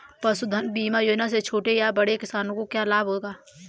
पशुधन बीमा योजना से छोटे या बड़े किसानों को क्या लाभ होगा?